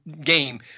game